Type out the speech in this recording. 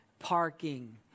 Parking